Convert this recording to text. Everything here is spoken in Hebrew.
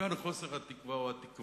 וכאן חוסר התקווה הוא התקווה,